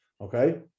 Okay